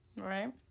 right